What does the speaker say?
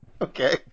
Okay